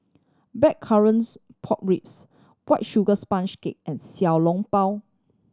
blackcurrants pork ribs White Sugar Sponge Cake and Xiao Long Bao